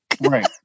Right